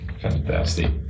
Fantastic